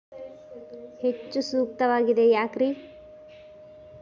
ಹೆಚ್ಚು ಸೂಕ್ತವಾಗಿದೆ ಯಾಕ್ರಿ?